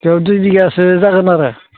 बेयाव दुइ बिगासो जागोन आरो